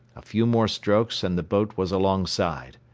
a few more strokes and the boat was alongside.